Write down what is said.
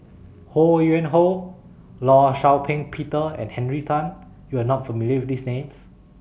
Ho Yuen Hoe law Shau Ping Peter and Henry Tan YOU Are not familiar with These Names